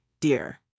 Dear